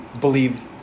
believe